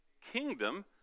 kingdom